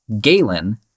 Galen